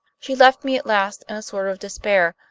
she left me at last in a sort of despair,